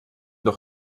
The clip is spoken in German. doch